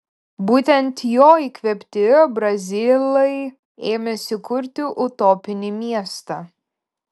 būtent jo įkvėpti brazilai ėmėsi kurti utopinį miestą